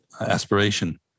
aspiration